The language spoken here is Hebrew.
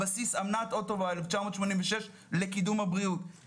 אמנת- -- 1986 לקידום הבריאות,